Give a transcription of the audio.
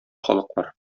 халыклар